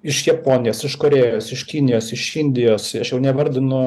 iš japonijos iš korėjos iš kinijos iš indijos aš jau nevardinu